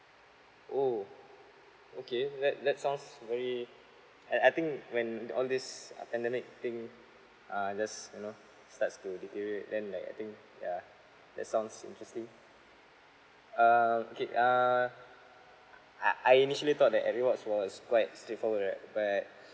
oh okay that that sounds very I I think when all these uh pandemic thing uh just you know starts to deteriorate then like I think yeah that sounds interesting uh okay uh I I initially thought that everyone was quite straightforward right but